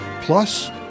plus